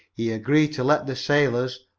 he agreed to let the sailors,